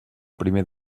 primer